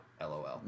LOL